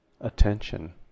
attention